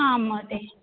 आं महोदय